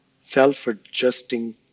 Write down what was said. self-adjusting